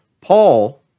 Paul